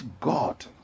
God